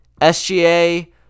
SGA